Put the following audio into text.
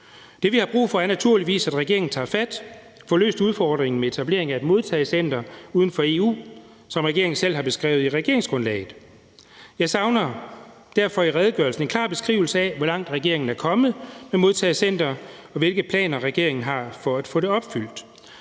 Det, vi har brug for, er naturligvis, at regeringen tager fat og får løst udfordringen med etablering af et modtagecenter uden for EU, som regeringen selv har beskrevet i regeringsgrundlaget. Jeg savner derfor i redegørelsen en klar beskrivelse af, hvor langt regeringen er kommet med modtagecenteret, og hvilke planer regeringen har for at få det opfyldt.